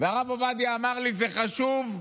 והרב אמר לי: זה חשוב,